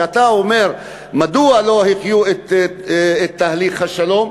שאתה אומר מדוע לא הגיעו לתהליך השלום.